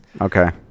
Okay